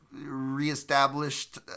reestablished